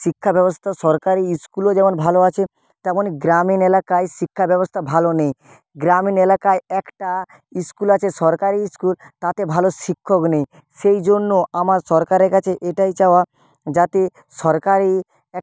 শিক্ষা ব্যবস্থা সরকারি ইস্কুলেও যেমন ভালো আছে তেমন গ্রামীণ এলাকায় শিক্ষা ব্যবস্থা ভালো নেই গ্রামীণ এলাকায় একটা ইস্কুল আছে সরকারি ইস্কুল তাতে ভালো শিক্ষক নেই সেই জন্য আমার সরকারের কাছে এটাই চাওয়া যাতে সরকারি এক